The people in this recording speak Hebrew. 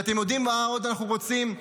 ואתם יודעים מה עוד אנחנו רוצים?